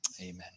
Amen